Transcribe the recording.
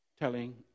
Telling